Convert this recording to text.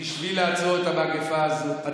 בשביל לעצור את המגפה הזאת,